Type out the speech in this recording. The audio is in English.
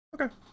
Okay